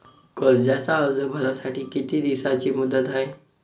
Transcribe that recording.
कर्जाचा अर्ज भरासाठी किती दिसाची मुदत हाय?